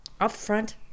upfront